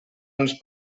unes